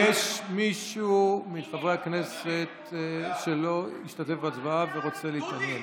יש מישהו מחברי הכנסת שלא השתתף בהצבעה ורוצה להיכלל?